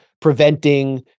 preventing